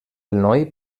noi